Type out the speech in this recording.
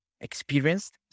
experienced